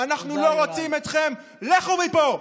אנחנו לא רוצים אתכם, לכו מפה.